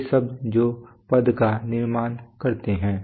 वे शब्द जो पद का निर्माण करते हैं